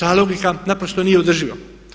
Ta logika naprosto nije održiva.